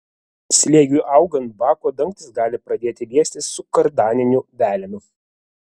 slėgiui augant bako dangtis gali pradėti liestis su kardaniniu velenu